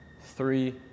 three